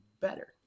better